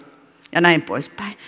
ja näin pois päin